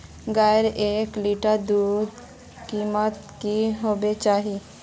गायेर एक लीटर दूधेर कीमत की होबे चही?